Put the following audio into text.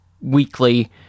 weekly